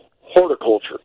horticulture